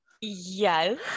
Yes